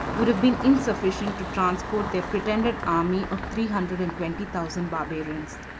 would have been insufficient to transport their pretended army of three hundred and twenty thousand barbarians.